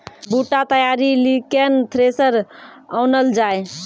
बूटा तैयारी ली केन थ्रेसर आनलऽ जाए?